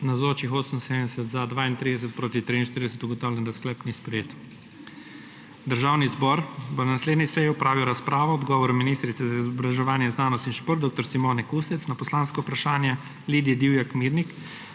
(Proti 43.) Ugotavljam, da sklep ni sprejet. Državni zbor bo na naslednji seji opravil razpravo o odgovoru ministrice za izobraževanje, znanost in šport dr. Simone Kustec na poslansko vprašanje Lidije Divjak Mirnik